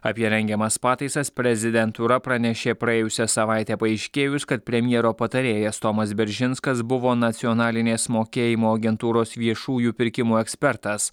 apie rengiamas pataisas prezidentūra pranešė praėjusią savaitę paaiškėjus kad premjero patarėjas tomas beržinskas buvo nacionalinės mokėjimo agentūros viešųjų pirkimų ekspertas